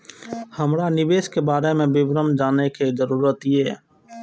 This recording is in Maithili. हमरा निवेश के बारे में विवरण जानय के जरुरत ये?